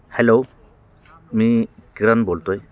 hello मी किरन बोलतो आहे